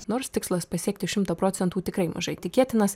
nors tikslas pasiekti šimtą procentų tikrai mažai tikėtinas